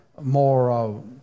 more